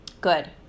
Good